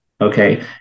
Okay